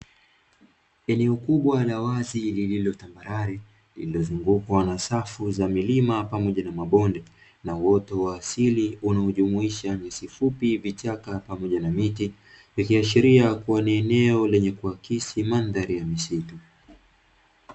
Eeo Eneo kubwa la wazi lililotambalare, lililozungukwa na safu za milima pamoja na mabonde na uoto wa asili unaojumuisha nyasi fupi, vichaka pamoja na miti, ikiashiria kuwa ni eneo lenye kuakisi mandhari ya misitu.